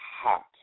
hot